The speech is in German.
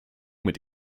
mit